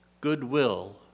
goodwill